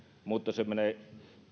mutta se menee